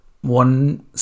one